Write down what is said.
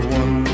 one